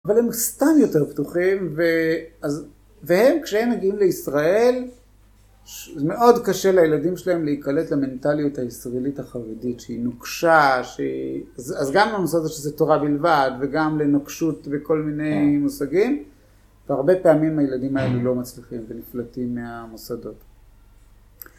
אבל הם סתם יותר פתוחים, והם כשהם מגיעים לישראל מאוד קשה לילדים שלהם להיקלט למנטליות הישראלית החרדית שהיא נוקשה, אז גם למוסדות שזה תורה בלבד וגם לנוקשות בכל מיני מושגים, והרבה פעמים הילדים האלו לא מצליחים ונפלטים מהמוסדות.